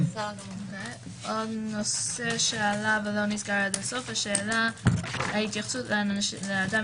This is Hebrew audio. עוד נושא שעלה ולא נסגר ההתייחסות לאדם